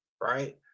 right